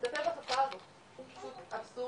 לטפל בתופעה הזאת, זה פשוט אבסורד,